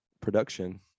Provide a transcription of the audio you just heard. production